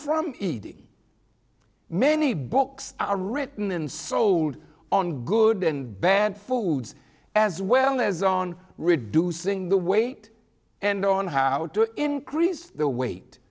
from eating many books are written and sold on good and bad foods as well as on reducing the weight and on how to increase the weight